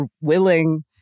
willing